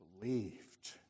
believed